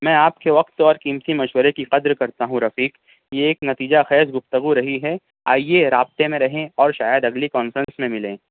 میں آپ کے وقت اور قیمتی مشورے کی قدر کرتا ہوں رفیق یہ ایک نتیجہ خیز گفتگو رہی ہے آئیے رابطے میں رہیں اور شاید اگلی کانفرنس میں ملیں